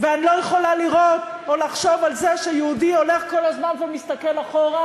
ואני לא יכולה לראות או לחשוב על זה שיהודי הולך כל הזמן ומסתכל אחורה,